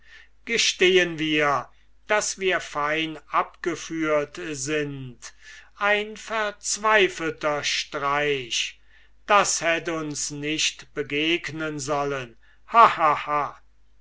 gestehen wir daß wir fein abgeführt sind ein verzweifelter streich das hätt uns nicht begegnen sollen